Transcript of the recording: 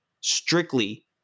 strictly